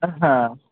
হ্যাঁ